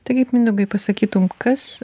tai kaip mindaugai pasakytum kas